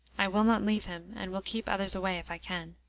i will not leave him, and will keep others away if i can.